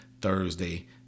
Thursday